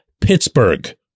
pittsburgh